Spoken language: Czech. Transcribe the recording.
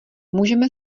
můžeme